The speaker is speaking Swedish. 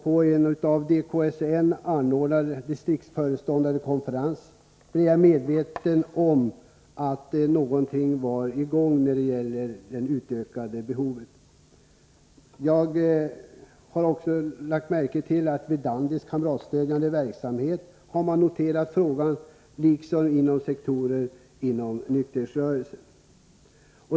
På en av DKSN anordnad distriktsföreståndarkonferens blev jag medveten om att någonting var i görningen när det gäller ökade insatser mot missbruk. Jag har också lagt märke till att man inom Verdandis kamratstödjande verksamhet har noterat frågan, liksom inom sektorer av nykterhetsrörelsen.